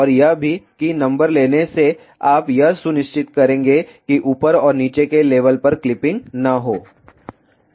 और यह भी कि नंबर लेने से आप यह सुनिश्चित करेंगे कि ऊपर और नीचे के लेवल पर क्लिपिंग न हो